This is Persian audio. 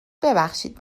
ببخشید